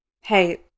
Hey